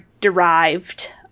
derived